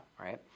right